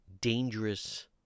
dangerous